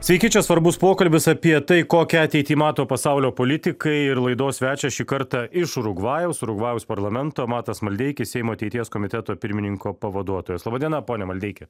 sveiki čia svarbus pokalbis apie tai kokią ateitį mato pasaulio politikai ir laidos svečias šį kartą iš urugvajaus urugvajaus parlamento matas maldeikis seimo ateities komiteto pirmininko pavaduotojas laba diena pone maldeiki